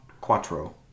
Quattro